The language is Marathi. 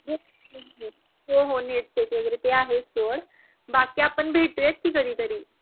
हो हो नेट सेट वगैरे ते आहे सोड बाकी आपण भेटूयात की कधीतरी